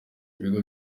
ibigo